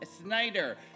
Snyder